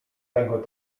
tego